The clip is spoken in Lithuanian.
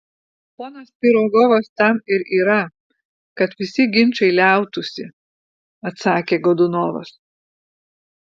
ponas pirogovas tam ir yra kad visi ginčai liautųsi atsakė godunovas